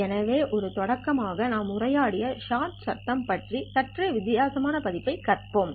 எனவே ஒரு தொடக்கமாக நான் உரையாடிய ஷாட் சத்தம் பற்றி சற்றே வித்தியாசமான பதிப்பைக் கற்பிப்பேன்